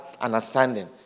understanding